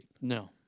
No